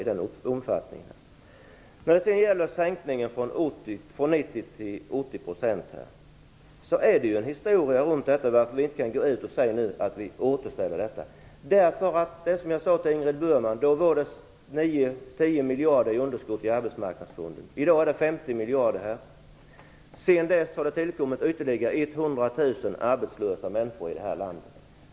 När det gäller sänkningen från 90 % till 80 % finns det en historia bakom, varför vi nu inte kan gå ut och säga att vi skall återställa det här. Som jag sade till Ingrid Burman var det då mellan 9 och 10 miljarder i underskott i Arbetsmarknadsfonden. I dag är det 50 miljarder. Sedan dess har ytterligare 100 000 människor blivit arbetslösa i det här landet.